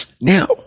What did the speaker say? Now